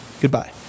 goodbye